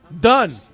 Done